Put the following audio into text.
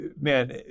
man